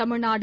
Tamil Nadu